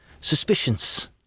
suspicions